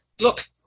Look